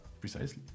precisely